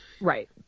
Right